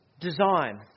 design